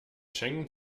schengen